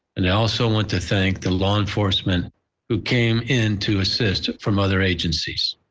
and i also want to thank the law enforcement who came in to assist from other agencies.